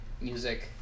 music